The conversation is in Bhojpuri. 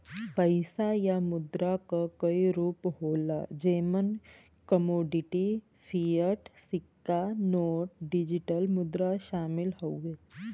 पइसा या मुद्रा क कई रूप होला जेमन कमोडिटी, फ़िएट, सिक्का नोट, डिजिटल मुद्रा शामिल हउवे